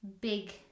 big